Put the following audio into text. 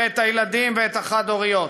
את הילדים ואת החד-הוריות.